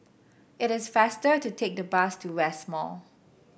it is faster to take the bus to West Mall